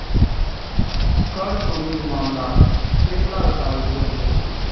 कर चोरीर मामलात कतेला व्यापारी जेल गेल